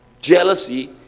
jealousy